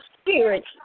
spirit